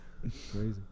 Crazy